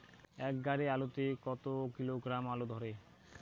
এক গাড়ি আলু তে কত কিলোগ্রাম আলু ধরে?